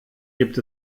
gibt